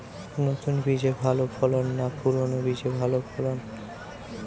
নতুন বীজে ভালো ফলন না পুরানো বীজে ভালো ফলন?